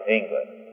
England